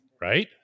right